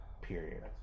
period